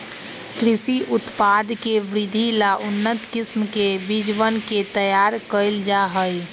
कृषि उत्पाद के वृद्धि ला उन्नत किस्म के बीजवन के तैयार कइल जाहई